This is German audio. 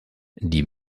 die